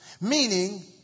Meaning